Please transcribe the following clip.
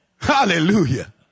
Hallelujah